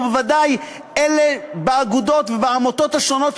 ובוודאי אלה באגודות ובעמותות השונות,